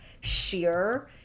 sheer